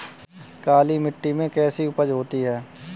काली मिट्टी में कैसी उपज होती है?